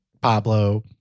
Pablo